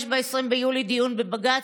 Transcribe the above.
יש ב-20 ביולי דיון בבג"ץ,